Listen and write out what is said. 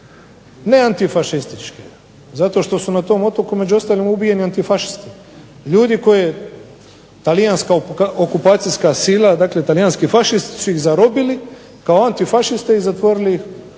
Ne antifaštističke zato što su na tom otoku među ostalim ubijeni antifašisti, ljudi koje je talijanska okupacijska sila dakle talijanski fašisti su ih zarobili kao antifašiste i zatvorili u